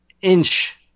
inch